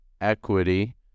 equity